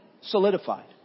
solidified